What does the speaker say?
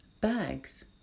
Bags